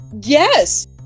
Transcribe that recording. Yes